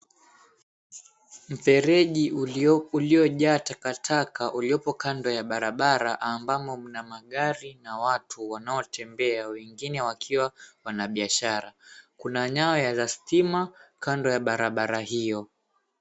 Mfereji uliojaa takataka uliopo kando ya barabara ambamo mna magari na watu wanaotembea wengine wakiwa wanabiashara. Kuna nyaya za stima kando ya barabara hiyo.